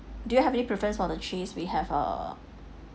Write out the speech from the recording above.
do you have any preference for the cheese we have a